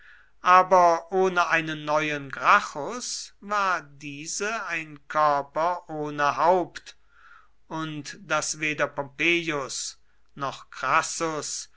aber ohne einen neuen gracchus war diese ein körper ohne haupt und daß weder pompeius noch crassus